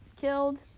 killed